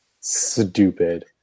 stupid